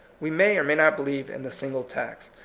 we may or may not believe in the single tax.